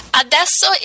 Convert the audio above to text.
Adesso